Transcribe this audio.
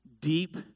Deep